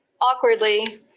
awkwardly